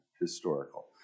historical